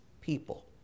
people